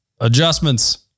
adjustments